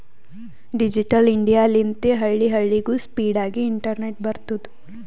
digital India ಲಿಂತೆ ಹಳ್ಳಿ ಹಳ್ಳಿಗೂ ಸ್ಪೀಡ್ ಆಗಿ ಇಂಟರ್ನೆಟ್ ಬರ್ತುದ್